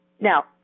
Now